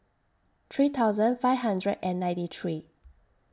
three thousand five hundred and ninety three